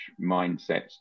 mindsets